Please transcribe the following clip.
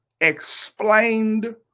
explained